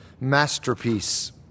masterpiece